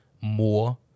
more